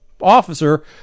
officer